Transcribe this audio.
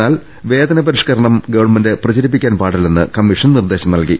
എന്നാൽ വേതന പരിഷ്ക്കരണം ഗവൺമെന്റ് പ്രചരിപ്പിക്കാൻ പാടില്ലെന്ന് കമ്മീഷൻ നിർദേശം നൽകി